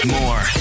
more